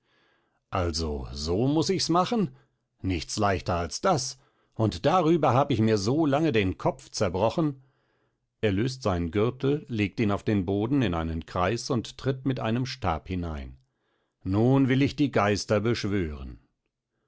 also so muß ichs machen nichts leichter als das und darüber hab ich mir so lange den kopf zerbrochen er löst seinen gürtel legt ihn auf den boden in einen kreiß und tritt mit einem stab hinein nun will ich die geister beschwören